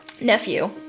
nephew